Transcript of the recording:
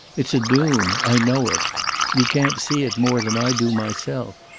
it's a doom i know it you can't see it more than i do myself.